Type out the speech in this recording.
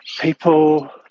People